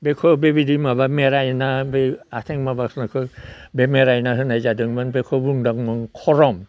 बेखौ बेबायदि माबा मेरायना बे आथें माबा खालायनायखौ बे मेरायना होनाय जादोंमोन बेखौ बुंदोंमोन खरम